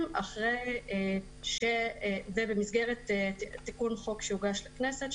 אחרי זה במסגרת תיקון חוק שהוגש לכנסת,